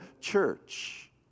church